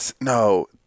No